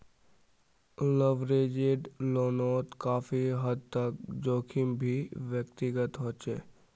leveraged लोनोत काफी हद तक जोखिम भी व्यक्तिगत होचे